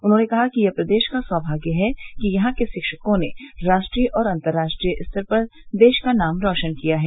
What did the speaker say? उन्होंने कहा कि यह प्रदेश का सौभाग्य है कि यहां के शिक्षकों ने राष्ट्रीय और अतर्राष्ट्रीय स्तर पर देश का नाम रौशन किया है